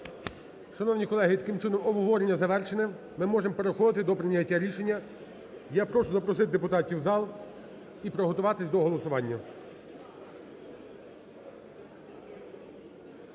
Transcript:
Шановні колеги, і таким чином обговорення завершене. Ми можемо переходити до прийняття рішення. Я прошу запросити депутатів в зал і приготуватись до голосування.